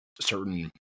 certain